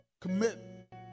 Commit